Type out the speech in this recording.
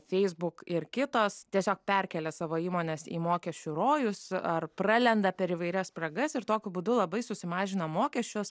feisbuk ir kitos tiesiog perkelia savo įmones į mokesčių rojus ar pralenda per įvairias spragas ir tokiu būdu labai susimažina mokesčius